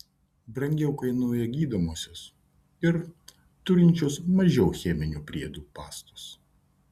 brangiau kainuoja gydomosios ir turinčios mažiau cheminių priedų pastos